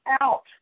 out